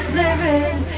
living